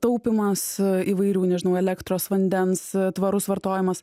taupymas įvairių nežinau elektros vandens tvarus vartojimas